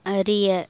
அறிய